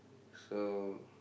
so